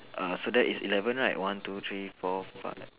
err so that is eleven right one two three four five